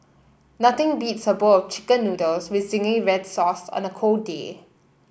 nothing beats a bowl of chicken noodles with zingy red sauce on a cold day